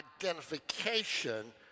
identification